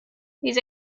these